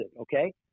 okay